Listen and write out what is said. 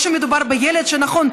או שמדובר בילד שנכון,